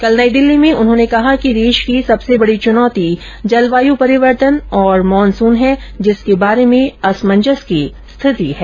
कल नई दिल्ली में उन्होंने कहा कि देश की सबसे बड़ी चुनौती जलवायु परिवर्तन और मानसून है जिसके बारे में असमंजस की स्थिति है